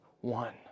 one